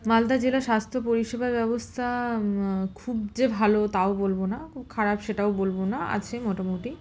মালদা জেলা স্বাস্থ্য পরিষেবা ব্যবস্থা খুব যে ভালো তাও বলব না খুব খারাপ সেটাও বলব না আছে মোটামুটি